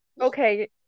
Okay